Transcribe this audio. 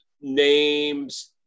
names